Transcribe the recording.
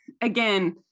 again